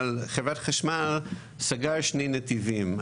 אבל חברת החשמל סגרה שני נתיבים,